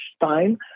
time